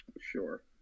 Sure